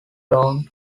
down